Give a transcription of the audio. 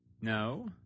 no